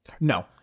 No